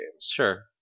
Sure